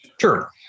Sure